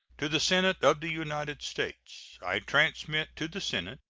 to the senate of the united states i transmit to the senate,